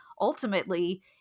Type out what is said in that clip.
ultimately